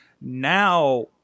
now